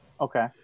Okay